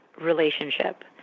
relationship